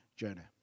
Jonah